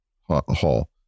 Hall